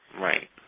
Right